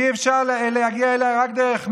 ואי-אפשר להגיע אליה אלא רק דרך מייל.